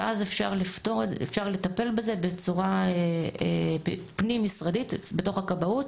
ואז אפשר לטפל בזה בצורה פנים-משרדית בתוך הכבאות